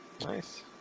Nice